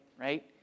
right